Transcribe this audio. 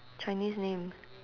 chinese name